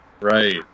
Right